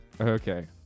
Okay